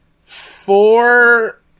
Four